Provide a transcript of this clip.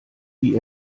wie